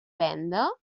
venda